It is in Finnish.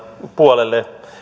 puolelle